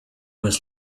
must